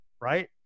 right